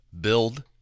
build